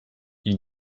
ils